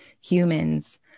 humans